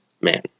man